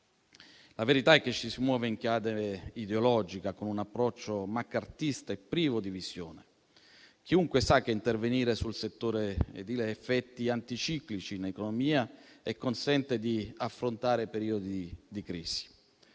La verità è che ci si muove in chiave ideologica, con un approccio maccartista e privo di visione. Chiunque sa che intervenire sul settore edile ha effetti anticiclici in economia e consente di affrontare periodi di crisi.